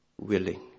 willing